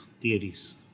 theories